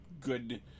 good